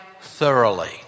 thoroughly